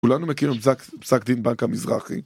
כולנו מכירים פסק דין בנק המזרחי